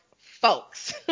folks